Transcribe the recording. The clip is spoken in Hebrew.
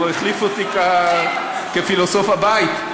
הוא החליף אותי כפילוסוף הבית.